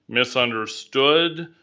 misunderstood,